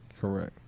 Correct